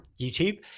YouTube